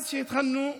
אז, כשהתחלנו בחורה,